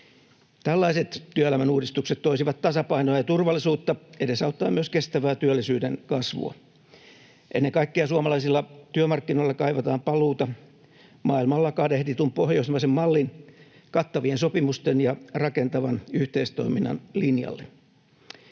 Tällaiset työelämän uudistukset toisivat tasapainoa ja turvallisuutta edesauttaen myös kestävää työllisyyden kasvua. Ennen kaikkea suomalaisilla työmarkkinoilla kaivataan paluuta maailmalla kadehditun pohjoismaisen mallin kattavien sopimusten ja rakentavan yhteistoiminnan linjalle.